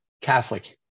Catholic